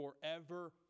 forever